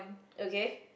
okay